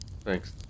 Thanks